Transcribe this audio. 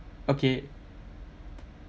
okay